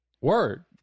Word